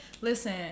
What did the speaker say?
listen